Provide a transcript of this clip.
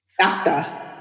Doctor